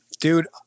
Dude